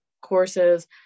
courses